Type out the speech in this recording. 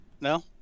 No